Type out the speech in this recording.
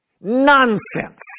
Nonsense